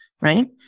right